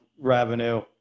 revenue